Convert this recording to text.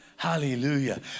hallelujah